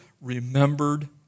remembered